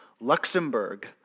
Luxembourg